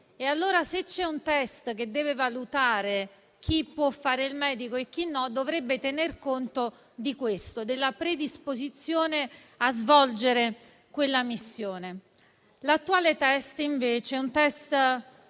Allora, se c'è un test che deve valutare chi può fare il medico e chi no, dovrebbe tener conto di questo, ossia della predisposizione a svolgere quella missione. L'attuale test è invece quello